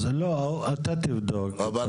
אז אתה תבדוק.